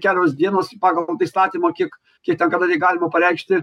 kelios dienos pagal įstatymą kiek kiek ten kada galima pareikšti